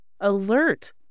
alert